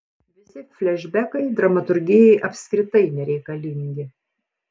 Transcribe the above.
visi flešbekai dramaturgijai apskritai nereikalingi